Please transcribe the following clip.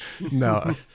No